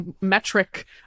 metric